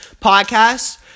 podcast